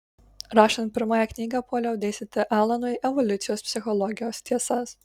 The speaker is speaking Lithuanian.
rašant pirmąją knygą puoliau dėstyti alanui evoliucijos psichologijos tiesas